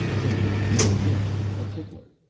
so we named this a tickler.